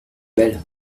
belle